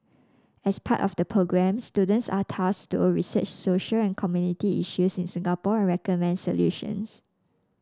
as part of the programme students are tasked to research social and community issues in Singapore and recommend solutions